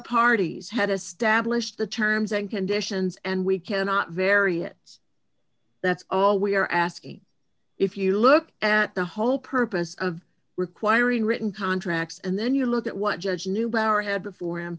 parties had established the terms and conditions and we cannot variance that's all we are asking if you look at the whole purpose of requiring written contracts and then you look at what judge neubauer had before him